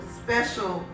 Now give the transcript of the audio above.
special